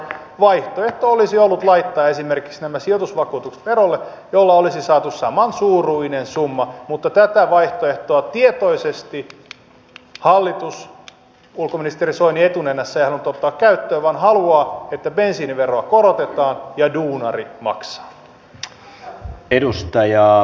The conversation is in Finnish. vaihtoehto olisi ollut laittaa esimerkiksi nämä sijoitusvakuutukset verolle jolla olisi saatu samansuuruinen summa mutta tätä vaihtoehtoa tietoisesti hallitus ulkoministeri soini etunenässä ei halunnut ottaa käyttöön vaan haluaa että bensiiniveroa korotetaan ja duunarit maksavat